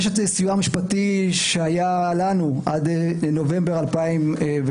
יש סיוע משפטי שהיה לנו עד נובמבר 2021,